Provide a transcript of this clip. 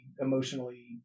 emotionally